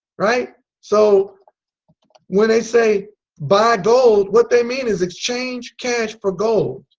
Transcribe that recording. right so when they say buy gold what they mean is exchange cash for gold.